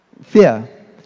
fear